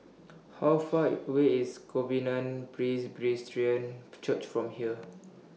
How Far away IS Covenant Church from here